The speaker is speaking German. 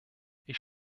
ich